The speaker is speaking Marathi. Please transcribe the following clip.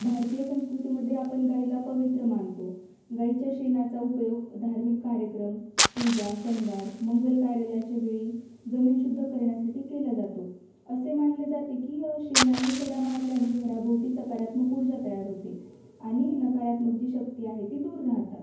भारतीय संस्कृतीमध्ये आपण गाईला पवित्र मानतो गाईच्या शेणाचा उपयोग धार्मिक कार्यक्रम पूजा सणवार मंगल कार्याच्या वेळी जमीन शुद्ध करण्यासाठी केला जातो असे मानले जाते की शेणाने सडा मारल्याने घराभोवती सकारात्मक ऊर्जा तयार होते आणि नकारात्मक जी शक्ती आहे ती दूर राहतात